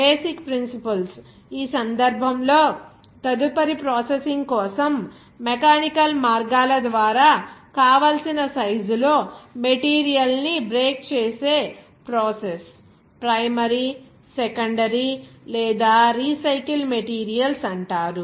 basic principles ఈ సందర్భంలో తదుపరి ప్రాసెసింగ్ కోసం మెకానికల్ మార్గాల ద్వారా కావలసిన సైజ్ లో మెటీరియల్ ని బ్రేక్ చేసే ప్రాసెస్ ప్రైమరీ సెకండరీ లేదా రీసైకిల్ మెటీరియల్స్ అంటారు